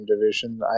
division